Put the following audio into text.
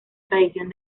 tradición